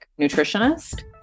nutritionist